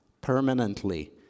permanently